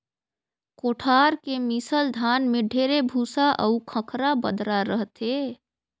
कोठार के मिसल धान में ढेरे भूसा अउ खंखरा बदरा रहथे